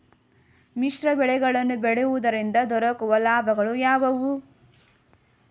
ಮಿಶ್ರ ಬೆಳೆಗಳನ್ನು ಬೆಳೆಯುವುದರಿಂದ ದೊರಕುವ ಲಾಭಗಳು ಯಾವುವು?